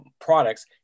products